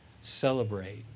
celebrate